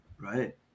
right